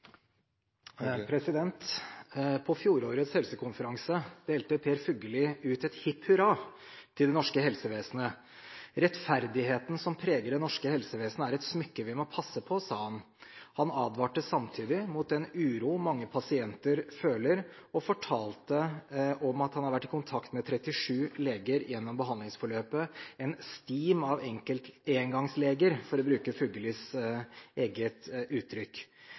På fjorårets helsekonferanse delte Per Fugelli ut et hipp hurra til det norske helsevesenet. Rettferdigheten som preger det norske helsevesenet, er et smykke vi må passe på, sa han. Han advarte samtidig mot den uro mange pasienter føler, og fortalte at han har vært i kontakt med 37 leger gjennom behandlingsforløpet – en «stim av engangsleger», for å bruke Fugellis eget uttrykk.